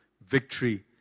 victory